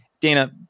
Dana